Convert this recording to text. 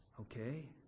okay